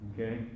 okay